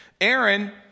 Aaron